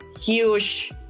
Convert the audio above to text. huge